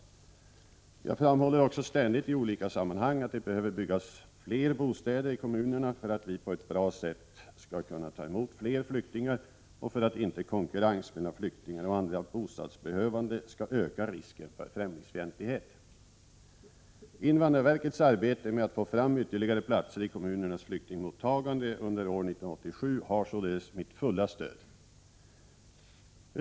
Jag vandrarverket nil kom: munerna framhåller också ständigt i olika sammanhang att det behöver byggas fler bostäder i kommunerna för att vi på ett bra sätt skall kunna ta emot fler flyktingar och för att inte konkurrens mellan flyktingar och andra bostadsbehövande skall öka risken för främlingsfientlighet. Invandrarverkets arbete med att få fram ytterligare platser i kommunernas flyktingmottagande under år 1987 har således mitt fulla stöd.